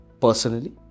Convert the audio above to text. personally